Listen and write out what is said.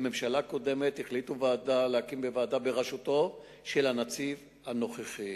הממשלה הקודמת החליטה להקים ועדה בראשותו של הנציב הנוכחי.